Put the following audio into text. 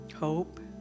Hope